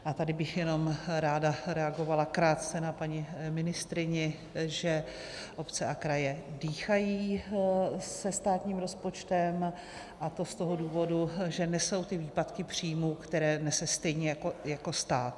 A tady bych jenom ráda reagovala krátce na paní ministryni, že obce a kraje dýchají se státním rozpočtem, a to z toho důvodu, že nesou ty výpadky příjmů, které nesou stejně jako stát.